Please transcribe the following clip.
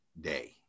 day